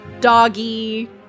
doggy